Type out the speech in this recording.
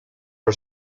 for